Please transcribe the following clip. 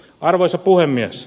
arvoisa puhemies